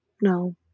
No